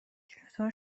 چطور